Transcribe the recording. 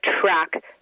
track